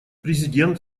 президент